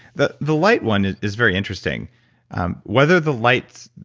the the light one is very interesting um whether the light,